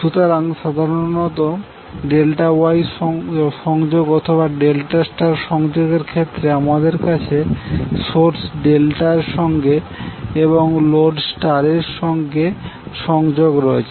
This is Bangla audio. সুতরাং সাধারণত ডেল্টা ওয়াই সংযোগ অথবা ডেল্টা স্টার সংযোগ এর ক্ষেত্রে আমাদের কাছে সোর্স ডেল্টা এর সঙ্গে এবং লোড স্টার এর সঙ্গে সংযোগ রয়েছে